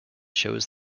shows